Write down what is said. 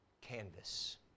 canvas